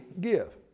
give